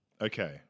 Okay